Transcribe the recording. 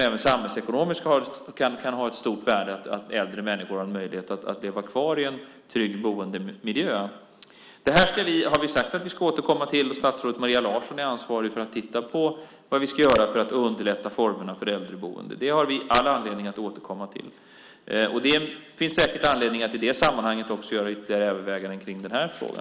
Även samhällsekonomiskt kan det ha ett stort värde att äldre människor har möjlighet att leva kvar i en trygg boendemiljö. Detta har vi sagt att vi ska återkomma till. Statsrådet Maria Larsson är ansvarig för att titta på vad vi ska göra för att underlätta formerna för äldreboende. Det har vi alla anledning att återkomma till. Det finn säkert anledning att i det sammanhanget också göra ytterligare överväganden i denna fråga.